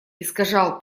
искажал